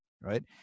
right